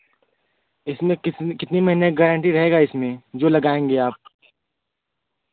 इसमें कितने महीने का गारंटी रहेगा इसमें जो लगाएँगे आप